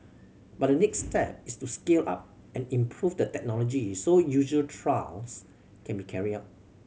but the next step is to scale up and improve the technology so user trials can be carried out